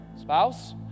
spouse